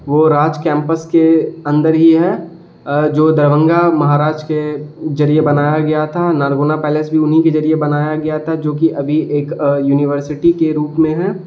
وہ راج کیمپس کے اندر ہی ہے جو دربھنگا مہاراج کے ذریعے بنایا گیا تھا نارگونا پیلیس بھی انہیں کے ذریعے بنایا گیا تھا جو کہ ابھی ایک یونیورسٹی کے روپ میں ہے